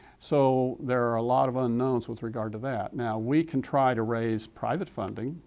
so, there are a lot of unknowns with regard to that. now we can try to raise private funding,